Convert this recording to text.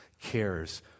cares